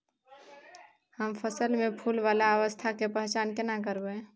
हम फसल में फुल वाला अवस्था के पहचान केना करबै?